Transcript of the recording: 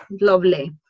Lovely